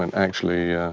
and actually,